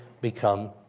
become